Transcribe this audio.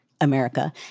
America